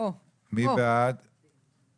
מי בעד ההסתייגות?